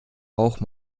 auch